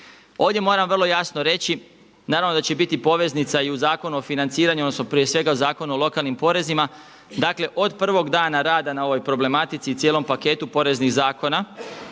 Ovdje moram vrlo jasno reći, naravno da će biti poveznica i u Zakonu o financiranju odnosno prije svega Zakonu o lokalnim porezima. Dakle, od prvog dana rada na ovoj problematici i cijelom paketu poreznih zakona